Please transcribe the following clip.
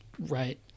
right